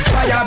Fire